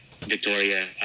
Victoria